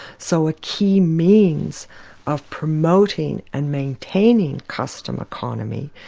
so a key means of promoting and maintaining custom economy,